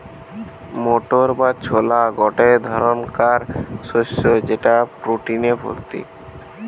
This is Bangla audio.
মোটর বা ছোলা গটে ধরণকার শস্য যেটা প্রটিনে ভর্তি